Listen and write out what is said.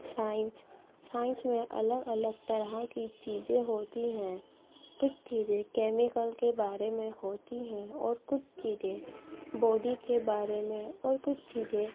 science science میں الگ الگ طرح کی چیزیں ہوتی ہیں کچھ چیزیں کیمیکل کے بارے میں ہوتی ہیں اور کچھ چیزیں باڈی کے بارے میں اور کچھ چیزیں